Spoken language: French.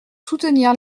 soutenir